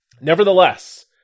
Nevertheless